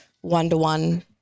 one-to-one